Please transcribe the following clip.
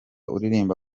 uririmba